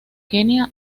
kenia